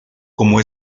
como